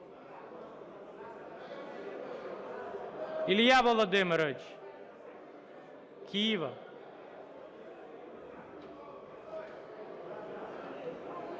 Ілля Володимирович! Кива!